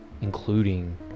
including